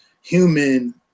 human